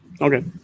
Okay